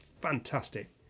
Fantastic